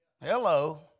Hello